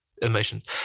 emotions